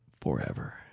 Forever